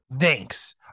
Thanks